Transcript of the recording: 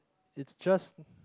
it's just